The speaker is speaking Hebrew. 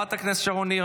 חברת הכנסת שרון ניר,